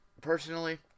personally